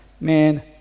man